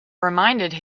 reminded